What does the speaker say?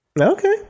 okay